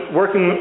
working